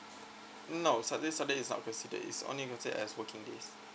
no saturday sunday is not considered is only as working days